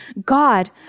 God